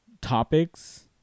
topics